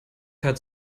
hört